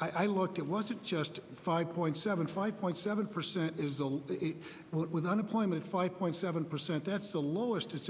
i looked at was it just five point seven five point seven percent with unemployment five point seven percent that's the lowest it's